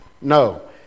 No